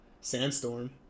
Sandstorm